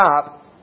stop